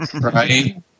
right